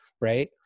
right